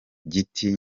giti